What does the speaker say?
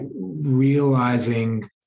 realizing